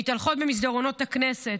מתהלכות במסדרונות הכנסת.